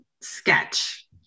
sketch